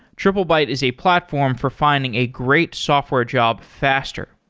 triplebyte is a platform for finding a great software job faster.